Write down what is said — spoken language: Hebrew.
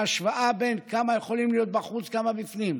ההשוואה בין כמה יכולים להיות בחוץ וכמה בפנים.